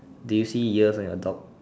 do you see ears on your dog